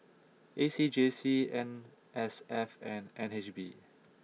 A C J C N S F and N H B